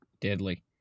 deadly